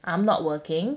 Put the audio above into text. I'm not working